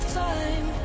time